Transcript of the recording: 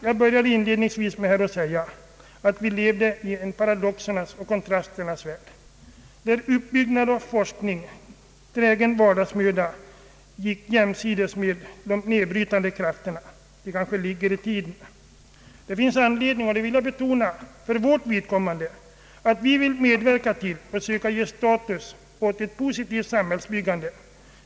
Jag sade inledningsvis att vi lever i paradoxernas och kontrasternas värld där uppbyggnad och forskning och trägen vardagsmöda går jämsides med de nedbrytande krafterna. Det kanske ligger i tiden. Jag vill betona att vi vill medverka till att försöka ge status åt ett positivt samhällsbyggande.